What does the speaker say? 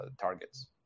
targets